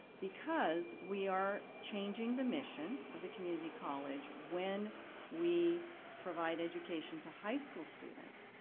because we are changing the mission of the community college when we provide education to high school students.